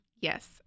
Yes